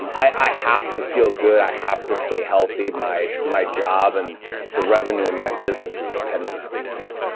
um i have to feel good. i have to stay healthy. my my job and the revenue of my business is dependent on it so,